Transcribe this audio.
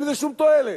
אין בזה שום תועלת.